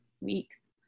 weeks